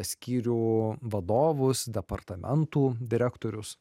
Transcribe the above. skyrių vadovus departamentų direktorius